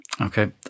Okay